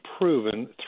proven